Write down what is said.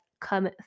come